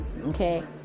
Okay